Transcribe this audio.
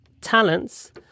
talents